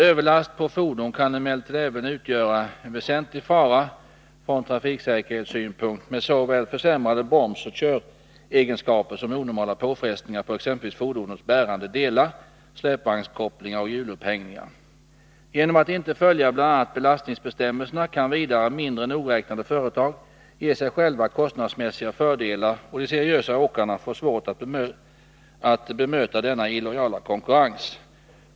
— Överlast på fordon kan emellertid även utgöra en väsentlig fara från trafiksäkerhetssynpunkt med såväl försämrade bromsoch köregenskaper som onormala påfrestningar på exempelvis fordonets bärande delar, släpvagnskopplingar och hjulupphängningar. — Genom att inte följa bl.a. belastningsbestämmelserna kan vidare mindre nogräknade företag ge sig själva kostnadsmässiga fördelar, och de seriösa åkarna får svårt att bemöta denna illojala konkurrens.